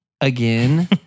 again